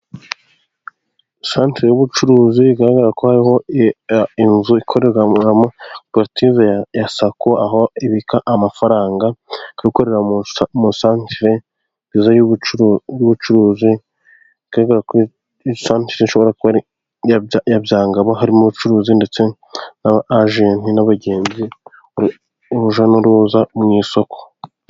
Santere y'ubucuruzi igaragara ko hariho inzu ikorerwamo na koperative ya sako, aho ibika amafaranga, ikaba ikorera mu isantire y'ubucuruzi ya Byangabo harimo ubucuruzi ndetse na agenti n'abagenzi, urujya n'uruza mu isoko.